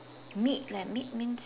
meet leh meet means